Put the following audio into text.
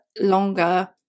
longer